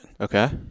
Okay